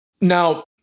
Now